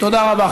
תודה רבה.